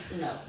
No